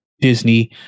Disney